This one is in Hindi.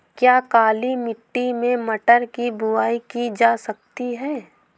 क्या काली मिट्टी में मटर की बुआई की जा सकती है?